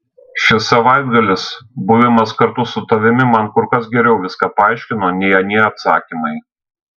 šis savaitgalis buvimas kartu su tavimi man kur kas geriau viską paaiškino nei anie atsakymai